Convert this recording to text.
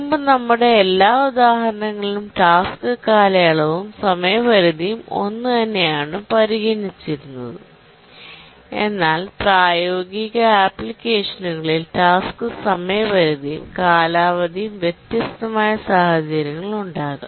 മുമ്പ് നമ്മുടെ എല്ലാ ഉദാഹരണങ്ങളിലും ടാസ്ക് കാലയളവും സമയപരിധിയും ഒന്നുതന്നെയായിരുന്നു പരിഗണിച്ചിരുന്നത് എന്നാൽ പ്രായോഗിക ആപ്ലിക്കേഷനുകളിൽ ടാസ്ക് സമയപരിധിയും കാലാവധിയും വ്യത്യസ്തമായ സാഹചര്യങ്ങളുണ്ടാകാം